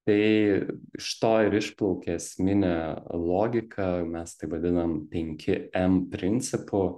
tai iš to ir išplaukia esminė logika mes tai vadinam penki em principu